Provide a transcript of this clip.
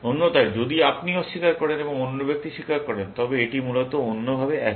অন্যথায় যদি আপনি অস্বীকার করেন এবং অন্য ব্যক্তি স্বীকার করেন তবে এটি মূলত অন্য ভাবে একই